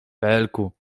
felku